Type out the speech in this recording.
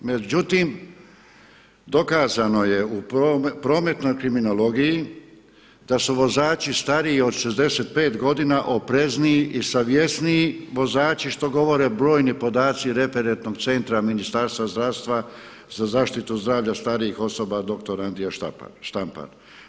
Međutim, dokazano je u prometnoj kriminologiji da su vozači stariji od 65 godina oprezniji i savjesniji vozači što govore brojni podaci referentnog centra Ministarstva zdravstva za zaštitu zdravlja starijih osoba doktor Andrija Štampar.